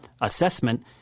assessment